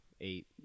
Eight